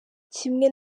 kimwe